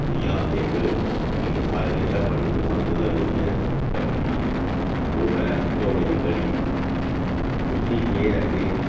जियां इक मिगी सारें कशा बड़ी पसंद लगदी ऐ सब्जी ओह् ऐ चौलें दी कड़ी उसी केह् ऐ के